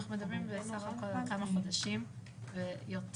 בסוף חלק מהכלואים כן העדיפו את --- הזאת.